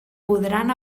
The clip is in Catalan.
podran